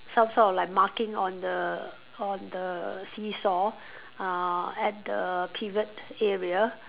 some sort of like marking on the on the seesaw uh at the pivot area